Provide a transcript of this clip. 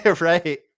right